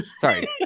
Sorry